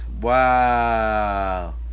Wow